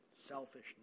selfishness